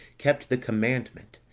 kept the commandment,